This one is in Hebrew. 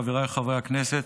חבריי חברי הכנסת,